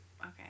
Okay